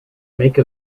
make